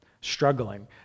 struggling